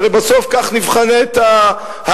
הרי בסוף כך נבחנת האמירה,